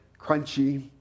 crunchy